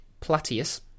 Platius